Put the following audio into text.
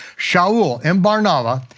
shaul and bar-nava,